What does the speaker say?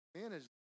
manage